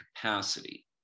capacity